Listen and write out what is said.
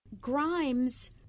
Grimes